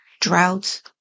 droughts